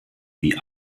wie